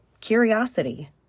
curiosity